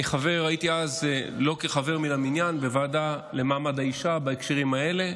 הייתי אז כחבר לא מן המניין בוועדה למעמד האישה בהקשרים האלה.